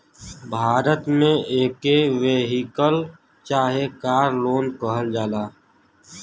भारत मे एके वेहिकल चाहे कार लोन कहल जाला